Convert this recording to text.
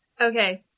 Okay